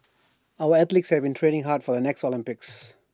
our athletes have been training hard for the next Olympics